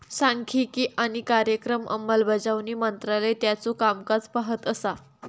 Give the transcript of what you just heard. सांख्यिकी आणि कार्यक्रम अंमलबजावणी मंत्रालय त्याचो कामकाज पाहत असा